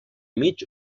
mig